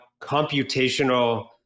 computational